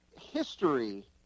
history